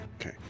Okay